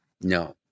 no